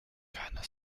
keine